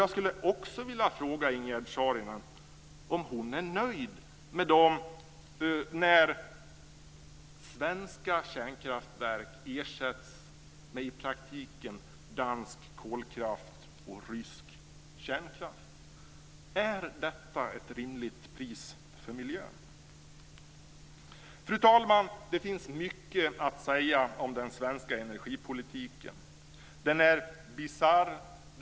Jag skulle också vilja fråga Ingegerd Saarinen om hon är nöjd när svenska kärnkraftverk ersätts med i praktiken dansk kolkraft och rysk kärnkraft. Fru talman! Det finns mycket att säga om den svenska energipolitiken. Den är bisarr.